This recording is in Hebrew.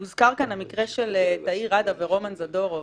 הוזכר כאן המקרה של תאיר ראדה ורומן זדורוב,